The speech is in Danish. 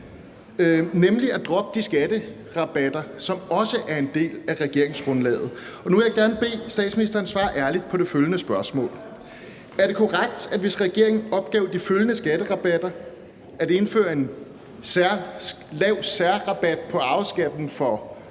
nemlig at droppe de skatterabatter, som også er en del af regeringsgrundlaget. Og nu vil jeg gerne bede statsministeren om at svare ærligt på det følgende spørgsmål: Er det korrekt, at hvis regeringen opgav de følgende skatterabatter, nemlig 1) at indføre en lav særrabat på arveskatten for